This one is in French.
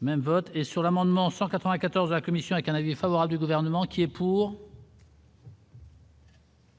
Même vote et sur l'amendement 194 la commission avec un avis favorable du gouvernement qui est pour.